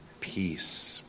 peace